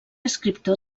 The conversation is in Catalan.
escriptor